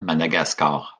madagascar